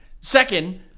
Second